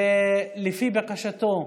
לפי בקשתו,